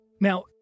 Now